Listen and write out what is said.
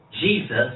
Jesus